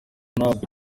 ntabwo